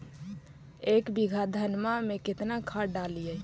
एक बीघा धन्मा में केतना खाद डालिए?